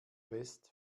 west